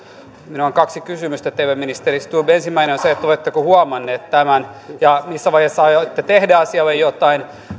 minulla on kaksi kysymystä teille ministeri stubb ensimmäinen on oletteko huomannut tämän ja missä vaiheessa aiotte tehdä asialle jotain